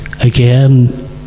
again